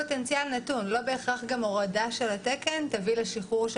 לא בהכרח הורדה של התקן תביא לשחרור של